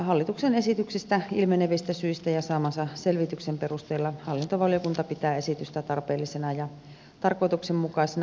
hallituksen esityksestä ilmenevistä syistä ja saamansa selvityksen perusteella hallintovaliokunta pitää esitystä tarpeellisena ja tarkoituksenmukaisena